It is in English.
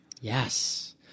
Yes